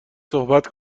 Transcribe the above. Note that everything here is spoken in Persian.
صحبت